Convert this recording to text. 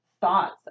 thoughts